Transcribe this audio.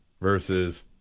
versus